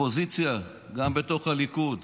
בפוזיציה גם בתוך הליכוד,